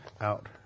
out